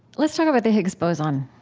let's talk about the higgs boson.